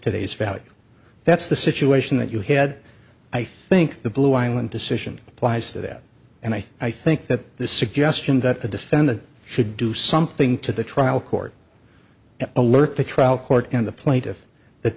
today's value that's the situation that you had i think the blue island decision applies to that and i think that the suggestion that the defendant should do something to the trial court alert the trial court and the